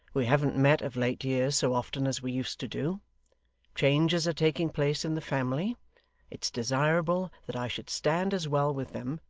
we haven't met of late years so often as we used to do changes are taking place in the family it's desirable that i should stand as well with them,